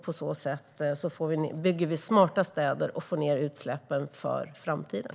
På så sätt bygger vi smarta städer och får ned utsläppen för framtiden.